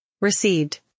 Received